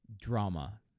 drama